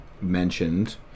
mentioned